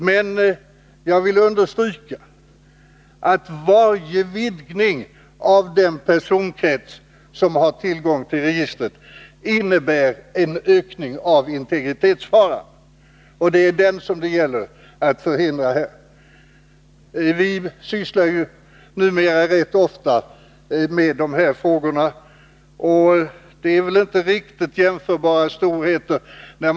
Men jag vill understryka att varje vidgning av den personkrets som har tillgång till registret innebär en ökning av integritetsfaran — och det är en sådan ökning som det gäller att förhindra. Vi sysslar numera rätt ofta med sådana här frågor.